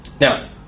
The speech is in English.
Now